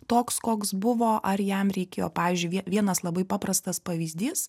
toks koks buvo ar jam reikėjo pavyzdžiui vienas labai paprastas pavyzdys